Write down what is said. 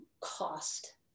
cost